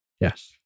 Yes